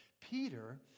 Peter